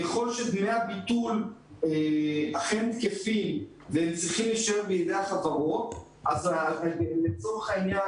ככל שדמי הביטול אכן תקפים וצריכים להישאר בידי החברות אז עמדת